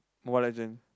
Mobile-Legends